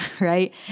right